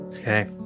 Okay